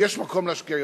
יש מקום להשקיע יותר.